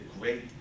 great